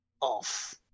off